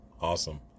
Awesome